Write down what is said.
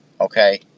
Okay